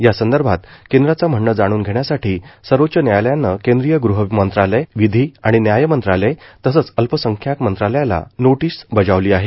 यासंदर्भात केंद्राचं म्हणणं जाणून घेण्यासाठी सर्वोच्च न्यायालयानं केंद्रीय गृह मंत्रालय विधी आणि न्याय मंत्रालय तसंच अल्पसंख्याक मंत्रालयाला नोटीस बजावली आहे